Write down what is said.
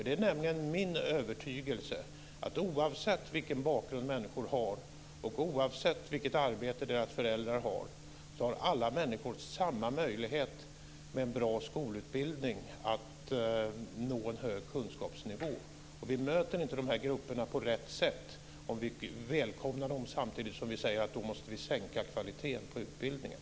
Det är nämligen min övertygelse att oavsett vilken bakgrund människor har och oavsett vilket arbete deras föräldrar har så har alla människor samma möjlighet att med en bra skolutbildning nå en hög kunskapsnivå. Vi möter inte de här grupperna på rätt sätt om vi välkomnar dem samtidigt som vi säger att vi då måste sänka kvaliteten på utbildningen.